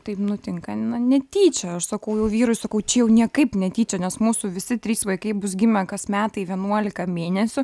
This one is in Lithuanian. taip nutinka na netyčia aš sakau jau vyrui sakau čia jau niekaip netyčia nes mūsų visi trys vaikai bus gimę kas metai vienuolika mėnesių